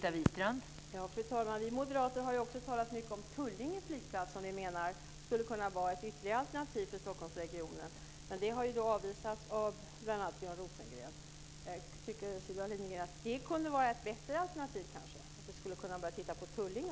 Fru talman! Vi moderater har också talat mycket om Tullinge flygplats, som vi menar skulle kunna vara ett ytterligare alternativ i Stockholmsregionen. Men det har avvisats av bl.a. Björn Rosengren. Tycker Sylvia Lindgren att det kunde vara ett bättre alternativ att man började titta på Tullinge?